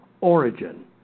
origin